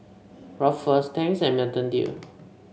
Ruffles Tangs and Mountain Dew